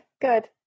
good